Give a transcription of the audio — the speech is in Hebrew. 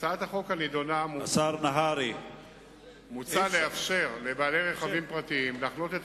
בהצעת החוק מוצע לאפשר לבעלי רכבים פרטיים להחנות את